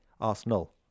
arsenal